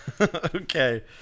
Okay